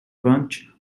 bunch